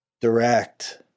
direct